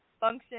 function